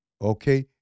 Okay